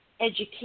education